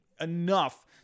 enough